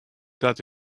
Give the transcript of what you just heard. dat